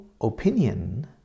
opinion